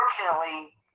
unfortunately